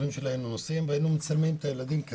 היינו נוסעים עם העוזרים שלי והיינו מצלמים את הילדים,